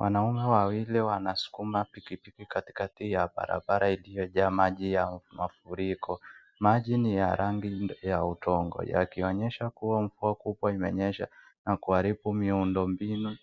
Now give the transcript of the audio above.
Wanaume wawili wanaskuma pikipiki katikati ya barabara iliyojaa maji ya mafuriko. Maji ni ya rangi ya udongo yakionyesha kuwa mvua kubwa imenyesha na kuharibu miundombinu